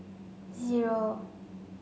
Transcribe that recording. zero